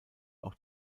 auch